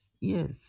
Yes